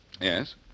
Yes